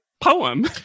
poem